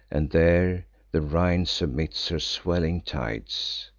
and there the rhine submits her swelling tides,